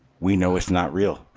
we know it's not real